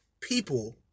people